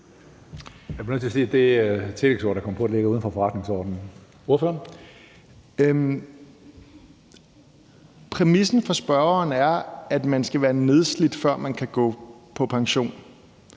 Præmissen for spørgeren er, at man skal være nedslidt, før man kan gå på pension.